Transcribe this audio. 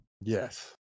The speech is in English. Yes